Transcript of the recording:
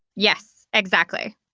yes, exactly.